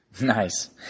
nice